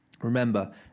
remember